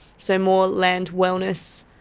so more land wellness,